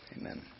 Amen